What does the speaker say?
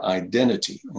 identity